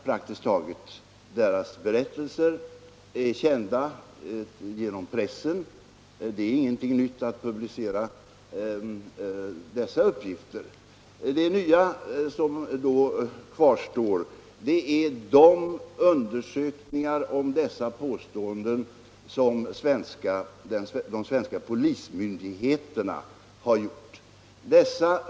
Praktiskt taget alla dessa personers berättelser är redan kända genom pressen, varför publicerandet av dessa uppgifter inte skulle tillföra ärendet någonting nytt. Det nya som då kvarstår är de undersökningar om dessa påståenden som de svenska polismyndigheterna har gjort.